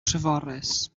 treforys